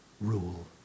rule